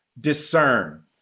discern